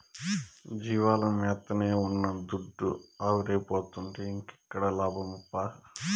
జీవాల మేతకే ఉన్న దుడ్డు ఆవిరైపోతుంటే ఇంకేడ లాభమప్పా